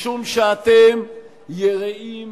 משום שאתם יראים